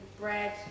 bread